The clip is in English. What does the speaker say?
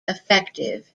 effective